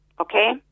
okay